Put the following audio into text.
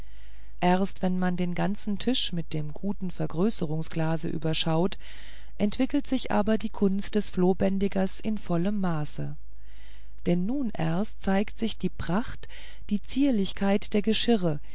erst wenn man den ganzen tisch mit einem guten vergrößerungsglase überschaute entwickelte sich aber die kunst des flohbändigers in vollem maße denn nun erst zeigte sich die pracht die zierlichkeit der geschirre